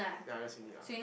ya just uni lah